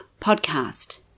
podcast